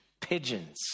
pigeons